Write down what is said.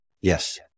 Yes